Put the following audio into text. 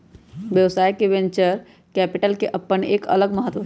व्यवसाय में venture capital के अपन एक अलग महत्व हई